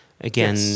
Again